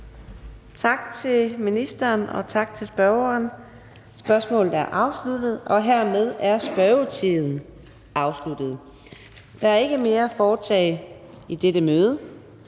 Tak til ministeren, og tak til spørgeren. Spørgsmålet er afsluttet. Hermed er spørgetiden afsluttet. --- Kl. 15:06 Meddelelser